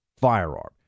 firearm